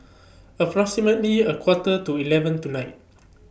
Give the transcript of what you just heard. approximately A Quarter to eleven tonight